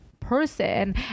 person